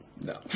no